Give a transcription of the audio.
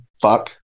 fuck